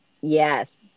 Yes